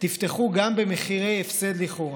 תפתחו גם במחירי הפסד לכאורה.